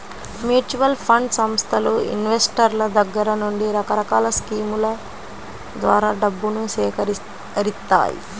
mutual fund సంస్థలు ఇన్వెస్టర్ల దగ్గర నుండి రకరకాల స్కీముల ద్వారా డబ్బును సేకరిత్తాయి